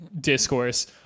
discourse